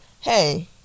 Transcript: hey